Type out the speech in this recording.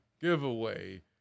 Giveaway